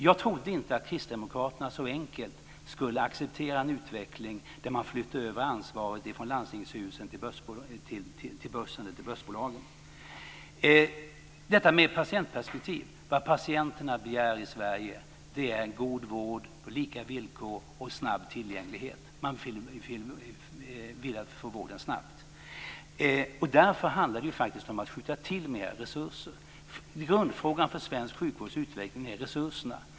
Jag trodde inte att kristdemokraterna så enkelt skulle acceptera en utveckling där man flyttar över ansvaret från landstingshusen till börsen och börsbolagen. Så till detta med patientperspektiv. Vad patienterna begär i Sverige är en god vård på lika villkor och med en stor tillgänglighet. Man vill få vården snabbt. Därför handlar det om att skjuta till mer resurser. Grundfrågan för svensk sjukvårds utveckling är resurserna.